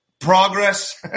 progress